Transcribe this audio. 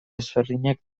desberdinak